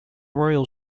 royal